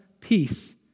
peace